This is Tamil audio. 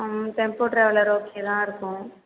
ம் டெம்போ ட்ராவல் ஓகேவா தான் இருக்கும்